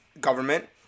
government